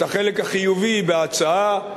את החלק החיובי בהצעה,